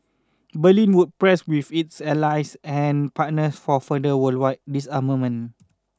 Berlin would press with its allies and partners for further worldwide disarmament